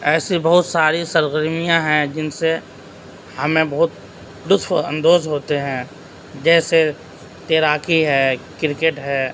ایسی بہت ساری سرگرمیاں ہیں جن سے ہمیں بہت لطف اندوز ہوتے ہیں جیسے تیراکی ہے کرکٹ ہے